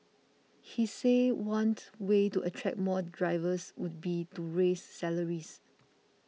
he said way to attract more drivers would be to raise salaries